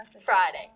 Friday